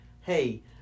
hey